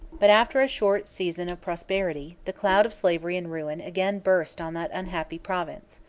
but after a short season of prosperity, the cloud of slavery and ruin again burst on that unhappy province.